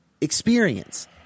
Experience